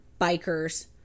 bikers